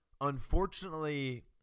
Unfortunately